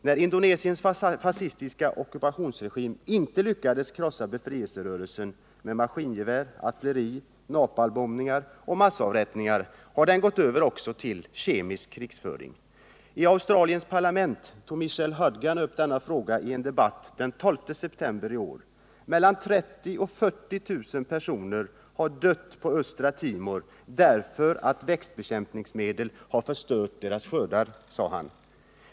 När Indonesiens fascistiska ockupationsregim inte lyckades krossa befrielserörelsen med maskingevär, artilleri, napalmbombningar och massavrättningar har den gått över också till 35 Nr 49 kemisk krigföring. I Australiens parlament tog Michael Hodgman upp denna fråga i en debatt den 12 september i år. ”Mellan 30 000 och 40 000 personer har dött på Östra Timor därför att växtbekämpningsmedel har förstört deras skördar”, sade han.